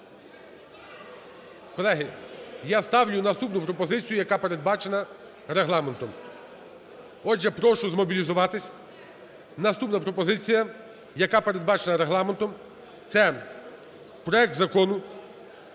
Колеги, я ставлю наступну пропозицію, яка передбачена Регламентом. Отже, прошу змобілізуватися, наступна пропозиція, яка передбачена Регламентом, це проект Закону